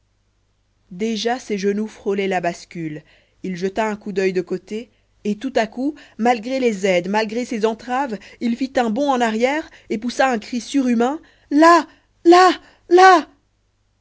déjà ses genoux frôlaient la bascule il jeta un coup d'oeil de côté et tout à coup malgré les aides malgré ses entraves il fit un bond en arrière et poussa un cri surhumain là là là